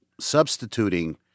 substituting